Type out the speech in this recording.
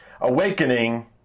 Awakening